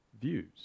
views